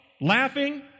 laughing